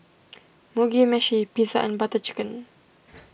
Mugi Meshi Pizza and Butter Chicken